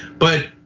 but,